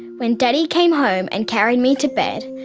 when daddy came home and carried me to bed,